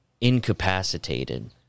incapacitated